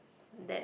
that